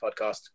podcast